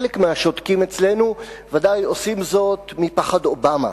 חלק מהשותקים אצלנו בוודאי עושים זאת מפחד אובמה.